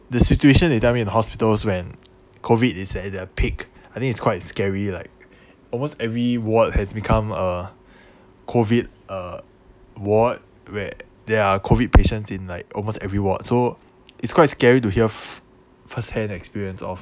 the situation he tell me in the hospitals when COVID is at their peak I think it's quite scary like almost every ward has become a COVID uh ward where there are COVID patients in like almost every ward so it's quite scary to hear first first hand experience of